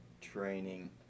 training